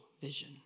vision